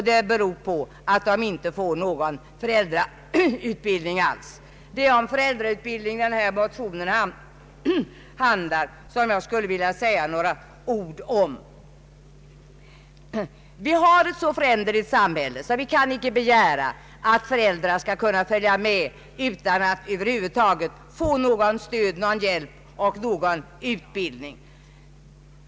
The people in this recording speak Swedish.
Det beror på att föräldrarna inte får någon föräldrautbildning alls. Det är just om föräldrautbildning den motion handlar som jag skall be att få säga några ord om. Vårt samhälle är så föränderligt att vi inte kan begära att föräldrarna skall kunna följa med utvecklingen utan att över huvud taget få något stöd, någon hjälp och utbildning.